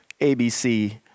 ABC